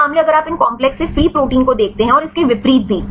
कुछ मामले अगर आप इन कॉम्प्लेक्स से फ्री प्रोटीन को देखते हैं और इसके विपरीत भी